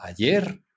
Ayer